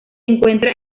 encuentra